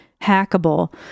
hackable